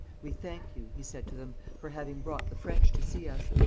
we thank you he said to them, for having brought the french to see us.